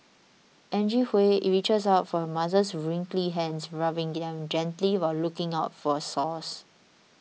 Angie Hui reaches out for her mother's wrinkly hands rubbing them gently while looking out for sores